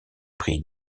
pris